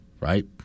right